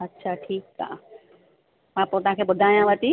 अच्छा ठीकु आहे मां पोइ तव्हांखे ॿुधायांव थी